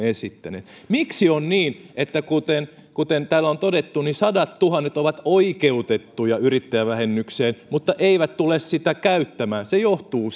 esittäneet miksi on niin että kuten kuten täällä on todettu sadattuhannet ovat oikeutettuja yrittäjävähennykseen mutta eivät tule sitä käyttämään se johtuu